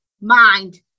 mind